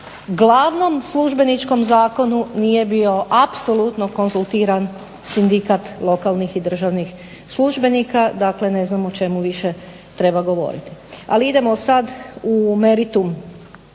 glavnom službeničkom zakonu nije bio apsolutno konzultiran sindikat lokalnih i državnih službenika. Dakle, ne znam o čemu više treba govoriti. Ali idemo sad u meritum